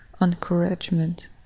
encouragement